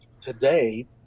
today